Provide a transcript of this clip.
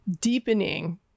deepening